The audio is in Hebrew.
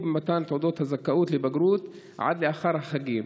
במתן תעודות הזכאות לבגרות עד לאחר החגים,